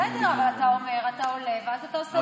בסדר, אבל אתה אומר, אתה עולה, ואז אתה עושה לייב.